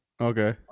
Okay